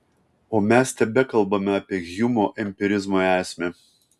o mes tebekalbame apie hjumo empirizmo esmę